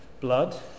blood